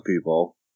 people